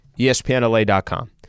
ESPNLA.com